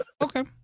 Okay